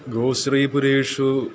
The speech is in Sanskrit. ग्रोस्रीपुरेषु